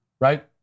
right